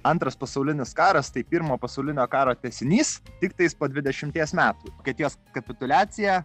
antras pasaulinis karas tai pirmo pasaulinio karo tęsinys tiktais po dvidešimties metų vokietijos kapituliacija